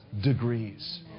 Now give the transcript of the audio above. degrees